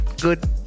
good